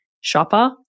shopper